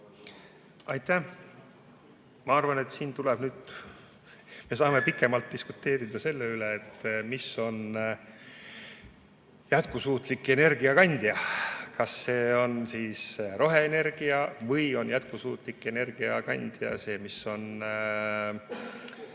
Aitäh! Ma arvan, et siin me saame nüüd pikemalt diskuteerida selle üle, mis on jätkusuutlik energiakandja. Kas see on roheenergia või on jätkusuutlik energiakandja see, mis on